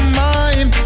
mind